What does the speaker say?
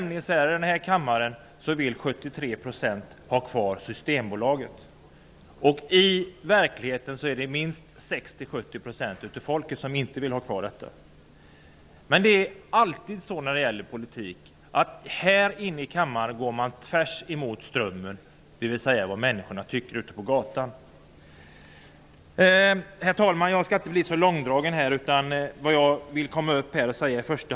I denna kammare vill 73 % ha kvar Systembolaget. I verkligheten vill minst 60--70 % av folket inte ha kvar Systembolaget. Det är alltid så i politiken att här i kammaren går man tvärsemot strömmen, dvs. tvärsemot vad människorna ute på gatan tycker. Herr talman! Jag skall inte tala länge.